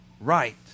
right